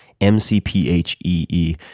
M-C-P-H-E-E